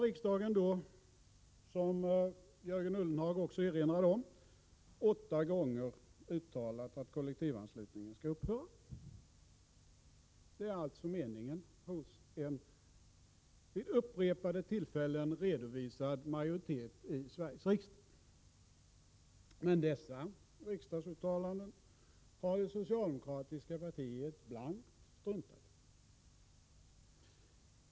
Riksdagen har, som Jörgen Ullenhag också erinrade om, åtta gånger uttalat att kollektivanslutningen skall upphöra. Det är alltså uppfattningen hos en vid upprepade tillfällen redovisad majoritet i Sveriges riksdag. Men dessa riksdagsuttalanden har det socialdemokratiska partiet blankt struntat i.